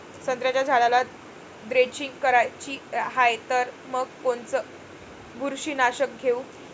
संत्र्याच्या झाडाला द्रेंचींग करायची हाये तर मग कोनच बुरशीनाशक घेऊ?